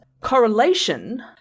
Correlation